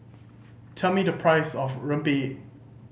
tell me the price of rempeyek